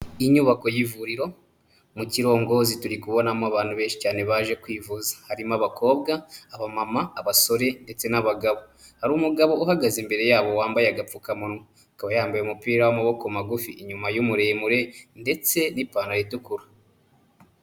Inyubako y'ivuriro, mu kirongozi turi kubonamo abantu benshi cyane baje kwivuza. Harimo abakobwa, abamama, abasore ndetse n'abagabo. Hari umugabo uhagaze imbere yabo wambaye agapfukamunwa. Akaba yambaye umupira w'amaboko magufi inyuma y'umuremure ndetse n'ipantaro itukura.